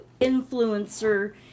influencer